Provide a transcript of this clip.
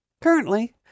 Currently